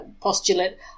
postulate